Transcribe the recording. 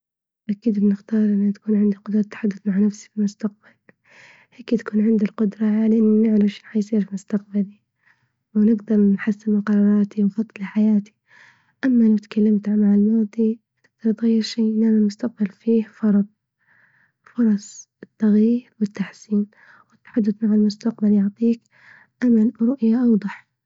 أكيد بنختار أن تكون عندي قدرة تحدث مع نفسي في المستقبل، أكيد يكون عندي القدرة على إنة شو راح يصير في مستقبلي ، ونقدر نحسن قراراتي وخطة لحياتي. أما لو تكلمت عن الماضي فلن يتغير شئ أما المستقبل فية فرص -فرص التغييروالتحسين، والتحدث عن المستقبل يعطيك أمل ورؤية أوضح.